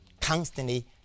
constantly